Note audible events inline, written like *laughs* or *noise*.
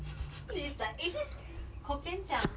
*laughs* 你 zai eh this hokkien 讲